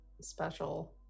special